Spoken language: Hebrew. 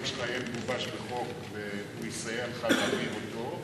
שלך יהיה מגובש בחוק והוא יסייע לך להעביר אותו?